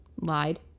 Lied